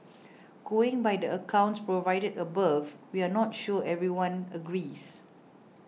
going by the accounts provided above we're not sure everyone agrees